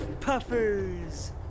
puffers